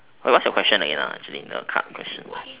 but what's your question again ah actually the card question